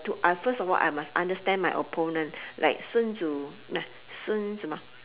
to ah first of all I must understand my opponent like 孙子 孙什么